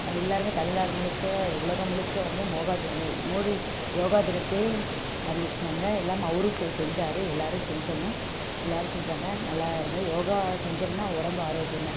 எல்லோருமே தமிழ்நாடு முழுக்க உலகம் முழுக்க வந்து மோகா தி மோடி யோகா தினத்தை அறிவிச்சாங்க எல்லாம் அவரும் போய் செஞ்சாரு எல்லோரும் செஞ்சோம் எல்லோரும் செஞ்சாங்க நல்லாயிருந்தது யோகா செஞ்சோம்னால் உடம்பு ஆரோக்கியமாயிருக்கு